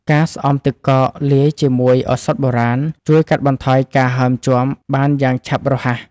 ការស្អំទឹកកកលាយជាមួយឱសថបុរាណ ជួយកាត់បន្ថយការហើមជាំបានយ៉ាងឆាប់រហ័ស។